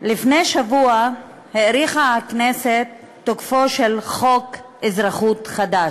לפני שבוע האריכה הכנסת את תוקפו של חוק אזרחות חדש,